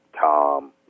Tom